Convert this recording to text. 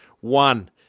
one